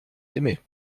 aimé